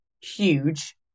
huge